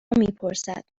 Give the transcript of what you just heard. میپرسد